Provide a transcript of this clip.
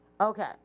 Okay